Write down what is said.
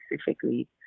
specifically